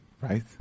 right